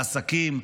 לעסקים,